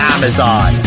Amazon